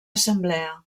assemblea